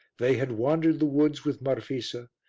they had wandered the woods with marfisa,